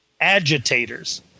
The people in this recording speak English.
agitators